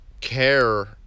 care